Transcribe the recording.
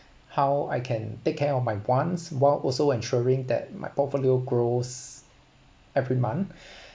how I can take care of my wants while also ensuring that my portfolio grows every month